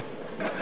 טלב אבו עראר.